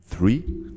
Three